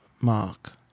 mark